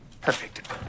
Perfect